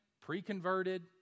pre-converted